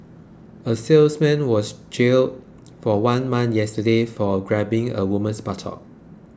a salesman was jailed for one month yesterday for grabbing a woman's buttock